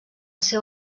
seu